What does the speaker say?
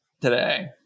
today